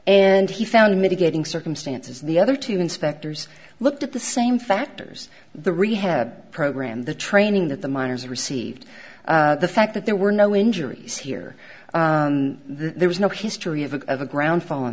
and he found mitigating circumstances the other two inspectors looked at the same factors the rehab program the training that the miners received the fact that there were no injuries here there was no history of a ground fall in